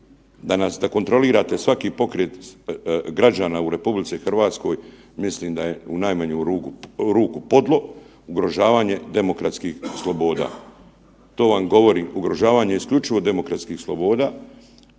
da kontrolirati svaki pokret građana u RH mislim da je u najmanju ruku podlo, ugrožavanje demokratskih sloboda. To vam govorim, ugrožavanje isključivo demokratskih sloboda